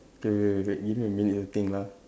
K wait wait wait give me a minute to think lah